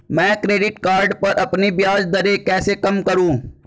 मैं credit card पर अपनी ब्याज दरें कैसे कम करूँ?